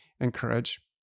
encourage